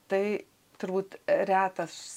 tai turbūt retas